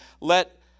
Let